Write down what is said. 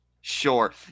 Sure